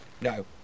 No